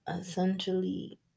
essentially